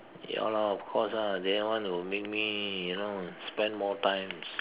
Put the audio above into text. ya lah of course ah then want to make me you know spend more times